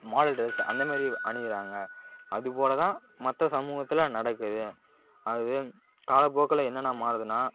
model dress அந்த மாதிரி அணிகிறாங்க அது போல் தான் மற்ற சமூகத்தில் நடக்குது அது காலப்போக்கில் என்னென்ன மாறுதுன்னால்